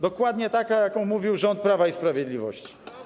Dokładnie taka, o jakiej mówił rząd Prawa i Sprawiedliwości.